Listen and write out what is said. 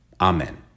Amen